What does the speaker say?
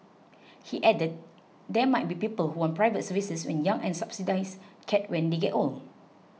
he added there might be people who want private services when young and subsidised care when they get old